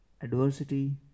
adversity